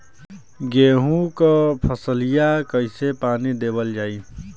गेहूँक फसलिया कईसे पानी देवल जाई?